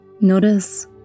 notice